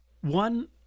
One